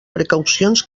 precaucions